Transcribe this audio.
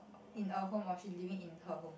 in a home or she living in her home